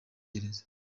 gereza